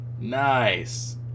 Nice